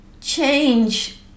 change